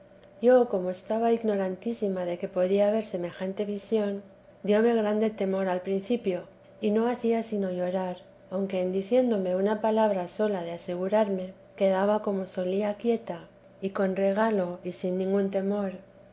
yo como estaba ignorantísima de que podía haber semejante visión dióme grande temor al principio y no hacía sino llorar aunque en diciéndome una palabra sola de asegurarme quedaba como solía quieta y con regalo y sin ningún temor